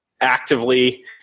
actively